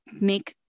make